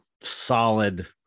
solid